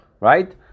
Right